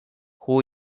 who